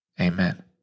Amen